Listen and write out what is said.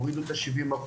הורידו את ה-70%,